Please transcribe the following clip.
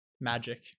Magic